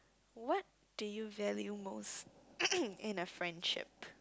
what do you value most in a friendship